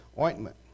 ointment